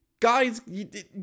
Guys